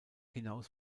hinaus